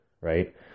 right